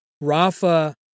Rafa